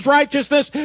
righteousness